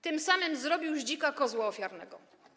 Tym samym zrobił z dzika kozła ofiarnego.